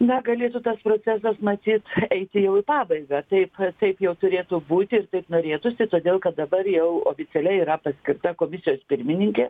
na galėtų tas procesas matyt eiti jau į pabaigą taip taip jau turėtų būti ir taip norėtųsi todėl kad dabar jau oficialiai yra paskirta komisijos pirmininkė